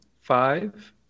Five